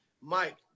Mike